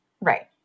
Right